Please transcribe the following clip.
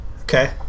Okay